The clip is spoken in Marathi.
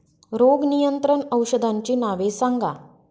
रोग नियंत्रण औषधांची नावे सांगा?